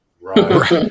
Right